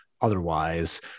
otherwise